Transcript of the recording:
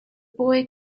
boy